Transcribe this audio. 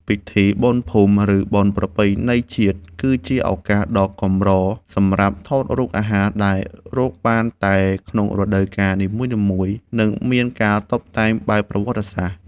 ពិធីបុណ្យភូមិ ឬបុណ្យប្រពៃណីជាតិ គឺជាឱកាសដ៏កម្រសម្រាប់ថតរូបអាហារដែលរកបានតែក្នុងរដូវកាលនីមួយៗ និងមានការតុបតែងបែបប្រវត្តិសាស្ត្រ។